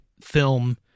film